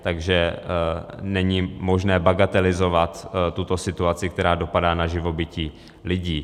Takže není možné bagatelizovat tuto situaci, která dopadá na živobytí lidí.